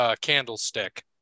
Candlestick